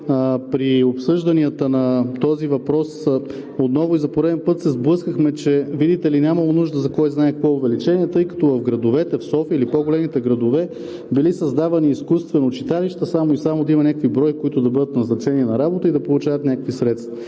при обсъжданията на този въпрос отново за пореден път се сблъскахме, че, видите ли, нямало нужда за кой знае какво увеличение, тъй като в градовете – в София, или по-големите градове, били създавани изкуствено читалища, само и само да има някакви бройки, които да бъдат назначени на работа и да получават някакви средства.